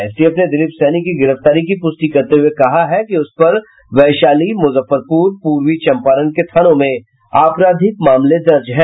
STF ने दिलीप सहनी की गिरफ्तारी की पुष्टि करते हुये कहा है कि उस पर वैशाली मुजफ्फरपुर पूर्वी चंपारण के थानों में आपराधिक मामलें दर्ज हैं